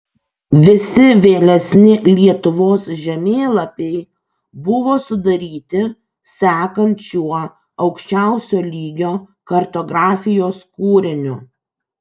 visi vėlesni lietuvos žemėlapiai buvo sudaryti sekant šiuo aukščiausio lygio kartografijos kūriniu